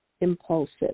impulsive